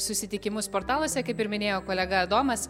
susitikimus portaluose kaip ir minėjo kolega adomas